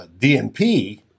DNP